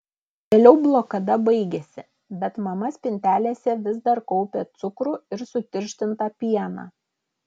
vėliau blokada baigėsi bet mama spintelėse vis dar kaupė cukrų ir sutirštintą pieną